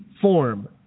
form